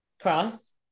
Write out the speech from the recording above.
cross